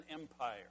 Empire